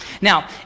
Now